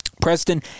preston